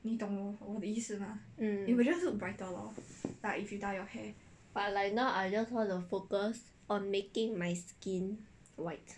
mm but like now I just want to focus on making my skin white